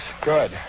Good